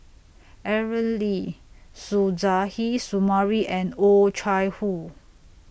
Aaron Lee Suzairhe Sumari and Oh Chai Hoo